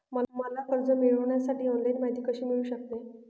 मला कर्ज मिळविण्यासाठी ऑनलाइन माहिती कशी मिळू शकते?